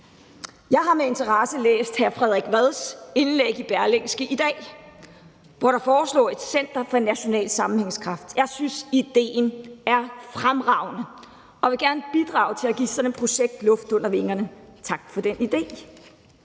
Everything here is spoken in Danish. Jeg har med interesse læst hr. Frederik Vads indlæg i Berlingske i dag, hvor der foreslås et center for national sammenhængskraft. Jeg synes, idéen er fremragende, og jeg vil gerne bidrage til at give sådan et projekt luft under vingerne. Tak for den idé.